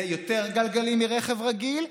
זה יותר גלגלים מרכב רגיל,